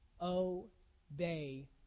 Obey